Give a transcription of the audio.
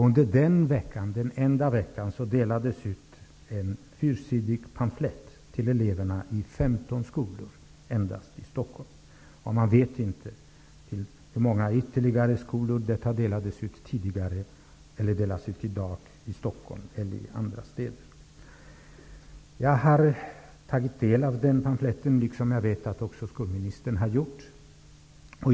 Under den veckan delades ut en fyrsidig pamflett till eleverna i 15 skolor bara i Stockholm. Man vet inte i hur många ytterligare skolor det har delats ut tidigare och delas ut i dag i Stockholm och i andra städer. Jag har tagit del av pamfletten, och jag vet att skolministern också har gjort det.